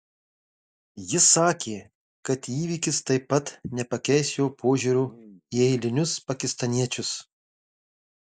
jis sakė kad įvykis taip pat nepakeis jo požiūrio į eilinius pakistaniečius